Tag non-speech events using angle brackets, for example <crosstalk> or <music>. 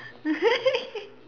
<laughs>